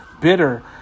bitter